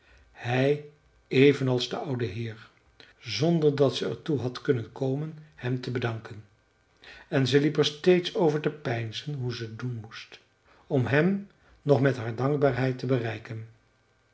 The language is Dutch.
even als de oude heer zonder dat ze er toe had kunnen komen hem te danken en ze liep er steeds over te peinzen hoe ze doen moest om hem nog met haar dankbaarheid te bereiken